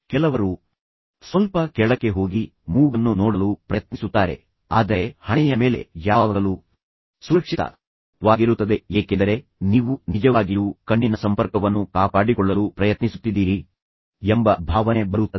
ಕೆಲವರು ಸ್ವಲ್ಪ ಕೆಳಕ್ಕೆ ಹೋಗಿ ಮೂಗನ್ನು ನೋಡಲು ಪ್ರಯತ್ನಿಸುತ್ತಾರೆ ಆದರೆ ಹಣೆಯ ಮೇಲೆ ಯಾವಾಗಲೂ ಸುರಕ್ಷಿತವಾಗಿರುತ್ತದೆ ಏಕೆಂದರೆ ನೀವು ನಿಜವಾಗಿಯೂ ಕಣ್ಣಿನ ಸಂಪರ್ಕವನ್ನು ಕಾಪಾಡಿಕೊಳ್ಳಲು ಪ್ರಯತ್ನಿಸುತ್ತಿದ್ದೀರಿ ಎಂಬ ಭಾವನೆ ಬರುತ್ತದೆ